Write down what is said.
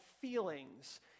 feelings